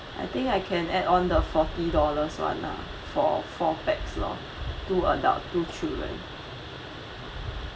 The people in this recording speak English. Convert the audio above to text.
I think I can add on the forty dollars one lah for four pax lor two adult two children